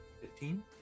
fifteen